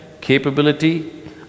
capability